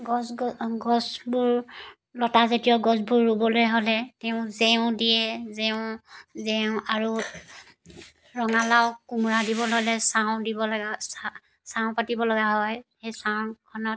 গছ গছ গছবোৰ লাতাজানীয় গছবোৰ ৰুবলৈ হ'লে তেওঁ জেং দিয়ে জেং আৰু ৰঙালাও কোমোৰা দিবলে হ'লে চাং দিবলগা চা চাং পাতিবলগা হয় সেই চাংখনত